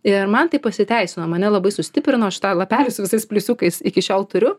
ir man tai pasiteisino mane labai sustiprino aš tą lapelį su visais pliusiukais iki šiol turiu